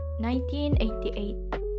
1988